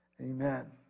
amen